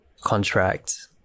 contract